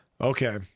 Okay